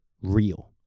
real